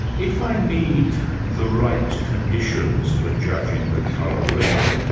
if i need the right conditions for judging the colour red,